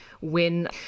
win